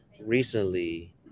recently